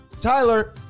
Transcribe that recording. Tyler